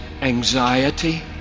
anxiety